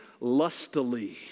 lustily